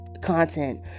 content